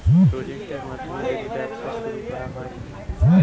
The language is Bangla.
প্রজেক্ট মাধ্যমে যদি ব্যবসা শুরু করা হয়